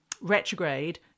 retrograde